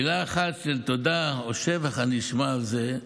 שמילה אחת של תודה או שבח אשמע על זה,